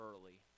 early